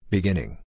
Beginning